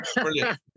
Brilliant